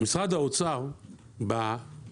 משרד האוצר בשיחות